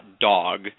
dog